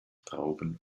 trauben